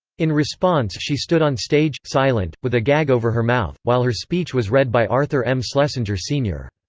in response she stood on stage, silent, with a gag over her mouth, while her speech was read by arthur m. schlesinger, sr.